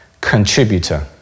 contributor